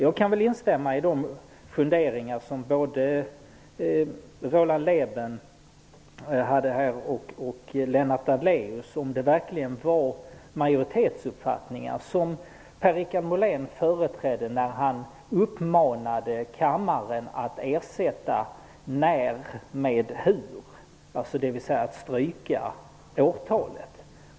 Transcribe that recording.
Jag kan väl instämma i de funderingar som både Per-Richard Molén verkligen företrädde majoritetsuppfattningar när han uppmanade kammaren att ersätta ''när'' med ''hur'', dvs. att stryka årtalet.